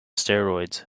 steroids